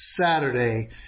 Saturday